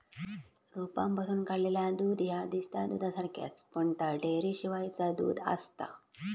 रोपांपासून काढलेला दूध ह्या दिसता दुधासारख्याच, पण ता डेअरीशिवायचा दूध आसता